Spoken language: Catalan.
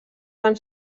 van